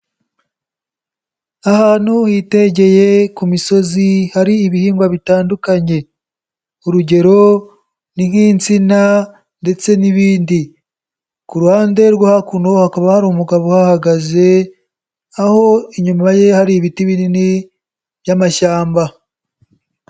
Ahantu hitegeye ku misozi hari ibihingwa bitandukanye, urugero ni nk'insina ndetse n'ibindi, ku ruhande rwo hakuno hakaba hari umugabo uhagaze aho inyuma ye hari ibiti binini by'amashyamba.